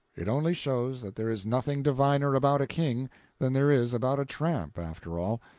it only shows that there is nothing diviner about a king than there is about a tramp, after all.